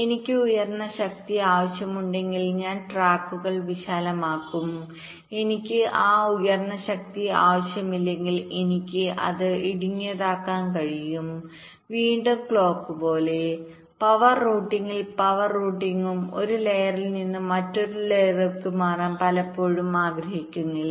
എനിക്ക് ഉയർന്ന ശക്തി ആവശ്യമുണ്ടെങ്കിൽ ഞാൻ ട്രാക്കുകൾ വിശാലമാക്കും എനിക്ക് ആ ഉയർന്ന ശക്തി ആവശ്യമില്ലെങ്കിൽ എനിക്ക് അത് ഇടുങ്ങിയതാക്കാൻ കഴിയും വീണ്ടും ക്ലോക്ക് പോലെ പവർ റൂട്ടിംഗിൽ പവർ റൂട്ടിംഗും ഒരു ലെയറിൽ നിന്ന് മറ്റൊന്നിലേക്ക് മാറാൻ പലപ്പോഴും ആഗ്രഹിക്കില്ല